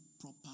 proper